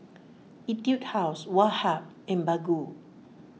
Etude House Woh Hup and Baggu